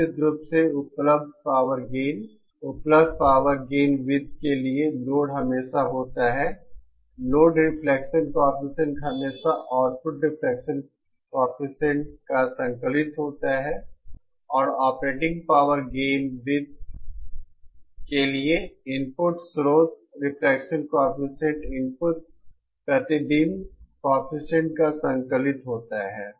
निश्चित रूप से उपलब्ध पावर गेन वृत्त के लिए लोड हमेशा होता है लोड रिफ्लेक्शन कॉएफिशिएंट हमेशा आउटपुट रिफ्लेक्शन कॉएफिशिएंट का संकलित होता है और ऑपरेटिंग पावर गेन वृत्त के लिए इनपुट स्रोत रिफ्लेक्शन कॉएफिशिएंट इनपुट प्रतिबिंब कॉएफिशिएंट का संकलित होता है